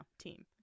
team